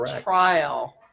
trial